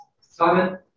Simon